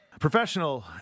Professional